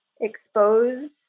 expose